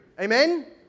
Amen